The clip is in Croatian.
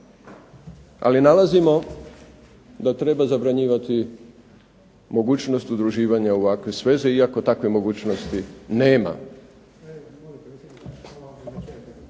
ali nalazimo da treba zabranjivati mogućnost udruživanja u ovakve sveze iako takve mogućnosti nema.